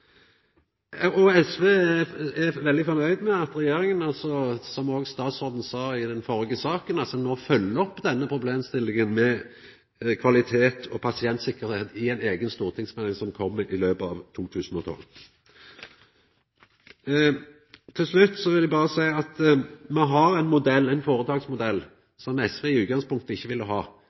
SV er veldig fornøgd med at regjeringa, som òg statsråden sa i den førre saka, no følgjer opp problemstillinga med kvalitet og pasientsikkerheit i ei eiga stortingsmelding som kjem i løpet av 2012. Til slutt vil eg berre seia at me har ein føretaksmodell som SV i utgangspunktet ikkje ville ha,